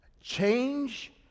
change